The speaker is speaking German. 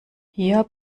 hier